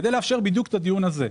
כדי לאפשר את הדיון הזה.